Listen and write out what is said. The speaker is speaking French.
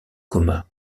coma